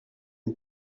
une